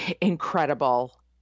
incredible